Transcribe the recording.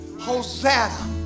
Hosanna